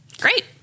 Great